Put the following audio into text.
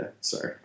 sorry